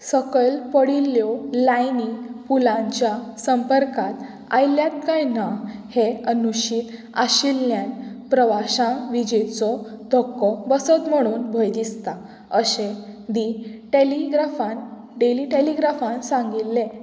सकयल पडिल्ल्यो लायनी पुलांच्या संपर्कांत आयल्यात कांय ना हे अनुशित आशिल्ल्यान प्रवाशांक विजेचो धक्को बसत म्हणून भंय दिसता अशें दी टॅलिग्राफान डेली टॅलिग्राफान सांगिल्ले